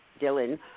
Dylan